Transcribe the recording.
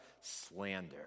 slander